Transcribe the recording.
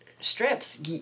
strips